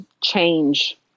change